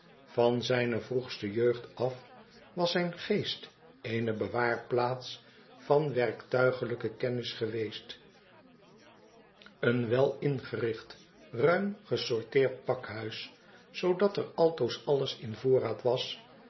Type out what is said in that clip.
van zijne vroegste jeugd afwas zijn geest eene bewaarplaats van werktuiglijke kennis geweest een welingericht ruim gesorteerd pakhuis zoodat er altoos alles in voorraad was